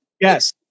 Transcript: Yes